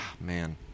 man